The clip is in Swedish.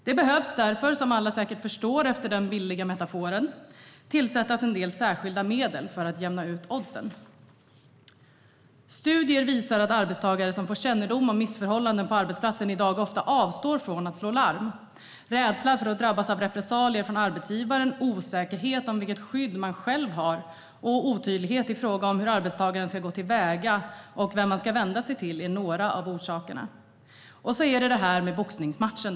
Det behövs därför, som alla säkert förstår efter den metaforen, tillsättas en del särskilda medel för att jämna ut oddsen. Studier visar att arbetstagare som får kännedom om missförhållanden på arbetsplatsen i dag ofta avstår från att slå larm. Rädsla för att drabbas av repressalier från arbetsgivaren, osäkerhet om vilket skydd man själv har och otydlighet i fråga om hur arbetstagaren ska gå till väga eller vem man ska vända sig till är några av orsakerna. Och så är det det här med boxningsmatchen.